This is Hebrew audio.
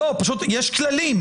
פשוט יש כללים.